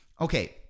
Okay